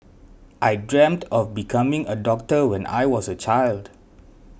I dreamt of becoming a doctor when I was a child